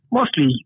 mostly